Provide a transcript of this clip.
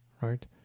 right